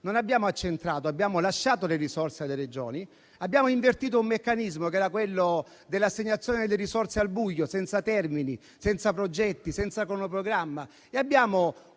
non abbiamo accentrato; abbiamo lasciato le risorse alle Regioni e abbiamo invertito un meccanismo, che era quello dell'assegnazione delle risorse al buio senza termini, senza progetti, senza cronoprogramma. Abbiamo